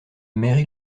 mary